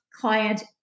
client